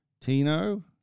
Tino